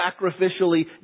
sacrificially